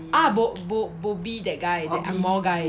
ah bo~ bo~ bobby that guy that ang moh guy